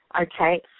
Okay